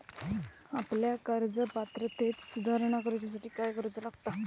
आपल्या कर्ज पात्रतेत सुधारणा करुच्यासाठी काय काय करूचा लागता?